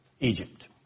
Egypt